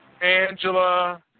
Angela